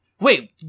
wait